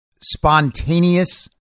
spontaneous